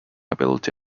ability